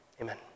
Amen